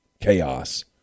chaos